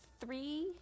three